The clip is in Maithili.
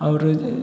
आओर